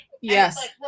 yes